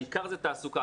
העיקר זה תעסוקה,